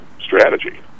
strategy